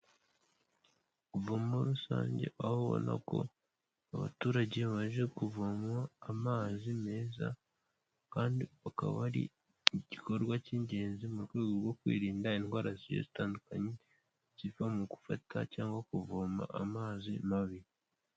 Ivomo rusange, aho ubona ko abaturage baje kuvoma amazi meza kandi akaba ari igikorwa cy'ingenzi mu rwego rwo kwirinda indwara zigiye zitandukanye ziva mu gufata cyangwa kuvoma amazi mabi.